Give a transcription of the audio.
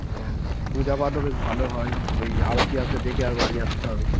ও পূজাপাঠও বেশ ভালো হয় ওই আরতি আছে দেখে আর বাড়ি আসতে হবে